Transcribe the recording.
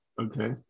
Okay